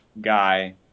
guy